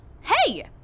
Hey